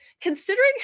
considering